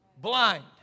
Blind